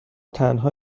تنها